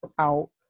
out